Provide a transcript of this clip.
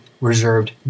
reserved